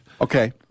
Okay